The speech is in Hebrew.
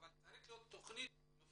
אבל צריכה להיות תכנית מפורטת.